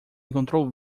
encontrou